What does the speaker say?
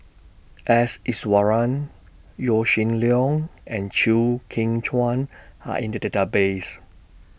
S Iswaran Yaw Shin Leong and Chew Kheng Chuan Are in The Database